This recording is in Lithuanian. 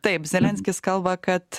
taip zelenskis kalba kad